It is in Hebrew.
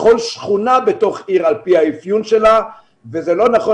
לכל שכונה בתוך עיר על פי האפיון שלה וזה לא נכון